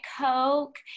coke